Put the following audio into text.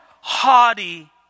haughty